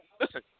Listen